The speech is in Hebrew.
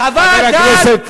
חבר הכנסת גפני,